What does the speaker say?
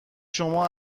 شما